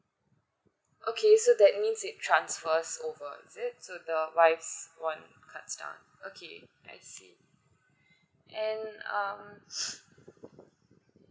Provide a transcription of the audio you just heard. okay so that means it transfers over is it so the wife's one cuts down okay I see and um